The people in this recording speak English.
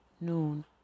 Noon